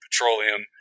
petroleum